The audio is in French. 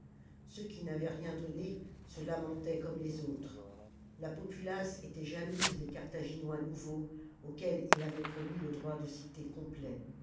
ceux qui n'avaient rien donné se lamentaient comme les autres la populace était jalouse des carthaginois nouveaux auxquels il avait promis le droit de cité complet